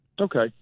Okay